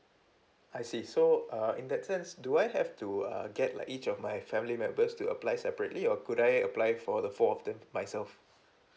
I see so uh in that sense do I have to uh get like each of my family members to apply separately or could I apply for the four of them myself